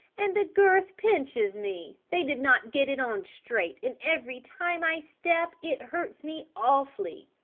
and the girth pinches me. they did not get it on straight and every time i step it hurts me awfully.